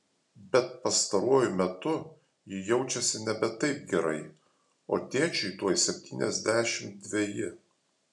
bet pastaruoju metu ji jaučiasi nebe taip gerai o tėčiui tuoj septyniasdešimt dveji